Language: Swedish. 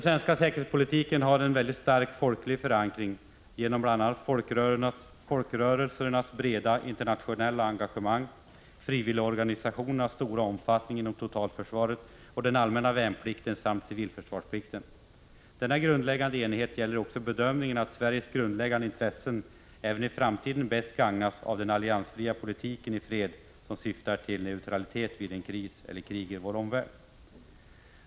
Svensk säkerhetspolitik har en stark folklig förankring genom bl.a. folkrörelsernas breda internationella engagemang, frivilligorganisationernas stora omfattning inom totalförsvaret och den allmänna värnplikten samt civilförsvarsplikten. Denna grundläggande enighet gäller också bedömningen, att Sveriges grundläggande intressen även i framtiden bäst gagnas av den alliansfria politiken i fred, syftande till neutralitet vid en eventuell kris eller ett krig i vår omvärld.